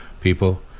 people